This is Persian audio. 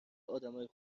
آدمهای